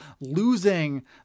losing